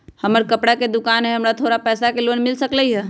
हमर कपड़ा के दुकान है हमरा थोड़ा पैसा के लोन मिल सकलई ह?